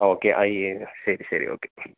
okay അത് ശരി ശരി ഓക്കെ